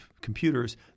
computers